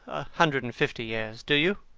a hundred and fifty years, do you,